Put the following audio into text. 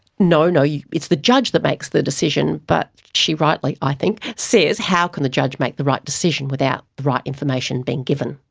no, no yeah it's the judge that makes the decision. but she rightly, i think, says how can the judge make the right decision without the right information being given?